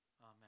amen